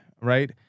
right